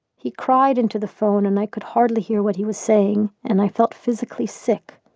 he cried into the phone and i could hardly hear what he was saying, and, i felt physically sick.